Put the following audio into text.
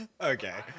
Okay